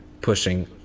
pushing